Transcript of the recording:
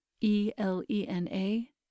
E-L-E-N-A